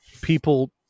people